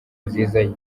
nziza